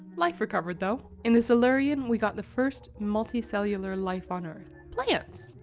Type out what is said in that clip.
life recovered, though. in the silurian, we got the first multicellular life on earth plants!